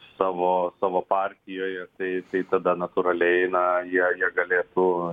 savo savo partijoje tai tai tada natūraliai na jie jie galėtų